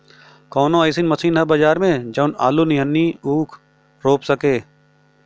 कवनो अइसन मशीन ह बजार में जवन आलू नियनही ऊख रोप सके?